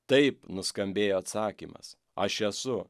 taip nuskambėjo atsakymas aš esu